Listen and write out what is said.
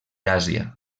àsia